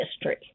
history